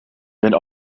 wenn